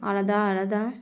আলাদা আলাদা